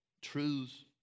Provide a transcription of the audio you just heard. truths